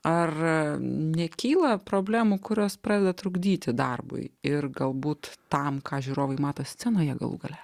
ar nekyla problemų kurios pradeda trukdyti darbui ir galbūt tam ką žiūrovai mato scenoje galų gale